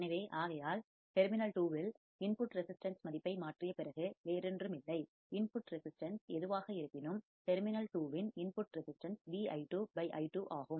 எனவே ஆகையால் டெர்மினல் 2 வில் இன்புட் ரெசிஸ்டன்ஸ் மதிப்பை மாற்றிய பிறகு வேறொன்றுமில்லை இன்புட் ரெசிஸ்டன்ஸ் எதுவாக இருப்பினும் டெர்மினல் 2 வின் input resistance V i2 i2 ஆகும்